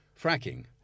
fracking